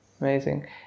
amazing